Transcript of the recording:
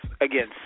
Again